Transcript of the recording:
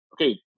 okay